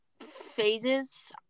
phases